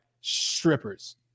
strippers